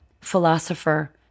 philosopher